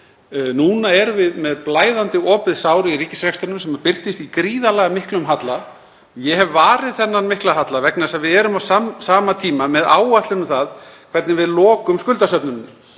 Núna erum við með blæðandi opið sár í ríkisrekstrinum sem birtist í gríðarlega miklum halla. Ég hef varið þennan mikla halla vegna þess að við erum á sama tíma með áætlun um það hvernig við lokum skuldasöfnuninni.